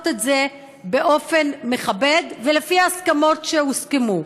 את זה באופן מכבד ולפי ההסכמות שהוסכמו.